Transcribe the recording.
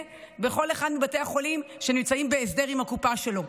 בכל אחד מבתי החולים שנמצאים בהסדר עם הקופה שלו,